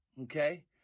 Okay